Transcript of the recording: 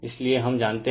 इसलिए हम जानते हैं